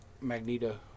Magneto